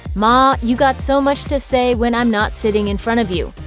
ma, u got so much to say when i'm not sitting in front of you,